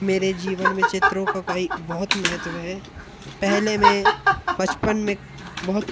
मेरे जीवन में चित्रों का कभी बहुत महत्व है पहले मैं बचपन में बहुत